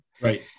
right